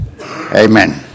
Amen